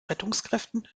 rettungskräften